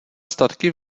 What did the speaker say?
statky